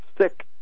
sick